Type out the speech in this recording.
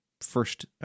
first